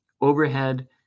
Overhead